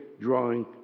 drawing